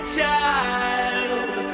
child